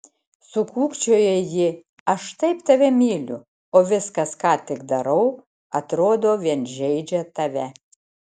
sukūkčiojo ji aš taip tave myliu o viskas ką tik darau atrodo vien žeidžia tave